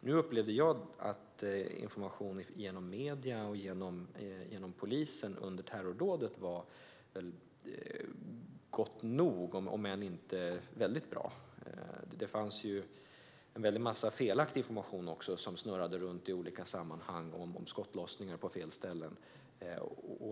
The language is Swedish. Jag upplevde att informationen genom medierna och från polisen under terrordådet var god nog, om än inte väldigt bra. En massa felaktig information snurrade också runt i olika sammanhang, till exempel om skottlossning på fel ställen.